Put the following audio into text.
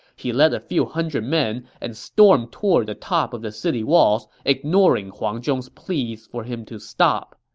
he led a few hundred men and stormed toward the top of the city walls, ignoring huang zhong's pleads for him to stop.